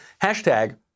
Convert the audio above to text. Hashtag